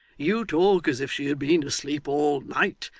you talk as if she had been asleep all night,